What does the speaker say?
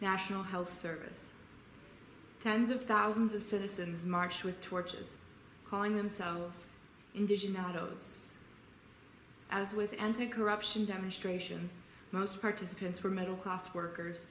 national health service tens of thousands of citizens marched with torches calling themselves indigenous and those as with anti corruption demonstrations most participants were middle class workers